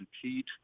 compete